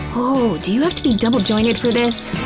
ooh, do you have to be double-jointed for this?